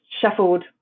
shuffled